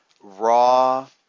raw